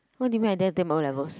what do you mean I dare take my O-levels